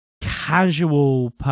casual